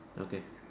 okay